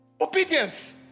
Obedience